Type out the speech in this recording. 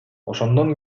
ошондон